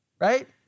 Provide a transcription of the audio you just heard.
right